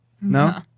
no